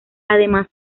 además